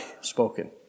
spoken